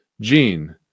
Gene